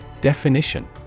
Definition